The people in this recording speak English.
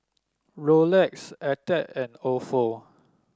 Rolex Attack and Ofo